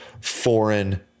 foreign